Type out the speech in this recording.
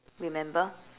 remember